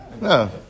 no